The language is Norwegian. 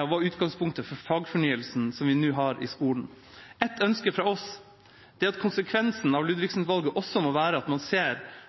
var utgangspunktet for fagfornyelsen som vi nå har i skolen. Ett ønske fra oss er at konsekvensen av Ludvigsen-utvalget også må være at man ser